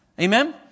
Amen